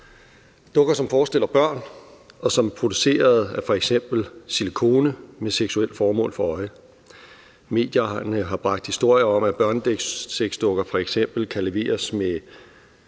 dukker, som forestiller børn, og som er produceret af f.eks. silikone med seksuelt formål for øje. Medierne har bragt historier om, at børnesexdukker f.eks. kan leveres med